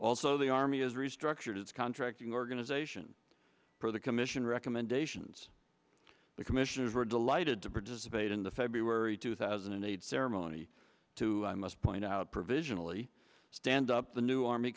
also the army is restructured its contracting organization for the commission recommendations the commissioners were delighted to participate in the february two thousand and eight ceremony to i must point out provisionally stand up the new army